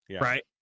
Right